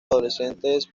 adolescentes